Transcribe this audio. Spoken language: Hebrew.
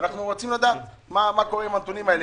אנחנו רוצים לדעת מה קורה עם הנתונים האלה,